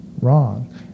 wrong